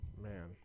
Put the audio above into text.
Man